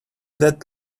that